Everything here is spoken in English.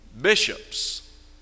bishops